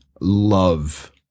love